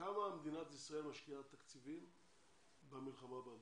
כמה תקציבים משקיעה מדינת ישראל במלחמה באנטישמיות?